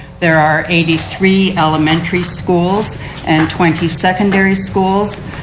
there are eighty three elementary schools and twenty secondary schools.